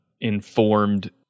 informed